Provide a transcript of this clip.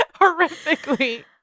horrifically